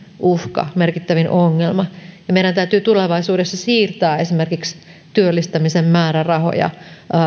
uhka ja merkittävin ongelma ja meidän täytyy tulevaisuudessa siirtää esimerkiksi työllistämisen määrärahoja